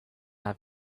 have